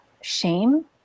shame